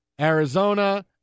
Arizona